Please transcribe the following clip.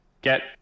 get